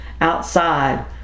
outside